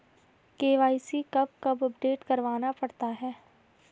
KYC कब कब update करवाना पड़ता है?